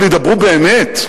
אבל ידברו באמת?